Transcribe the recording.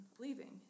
leaving